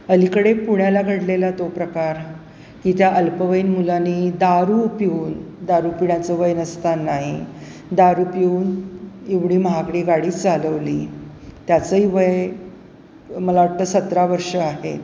अलीकडे पुण्याला घडलेला तो प्रकार की त्या अल्पवयन मुलानी दारू पिऊन दारू पिढ्याचं वय नसताना दारू पिऊन एवढी महागडी गाडी चालवली त्याचंही वय मला वाटतं सतरा वर्ष आहेत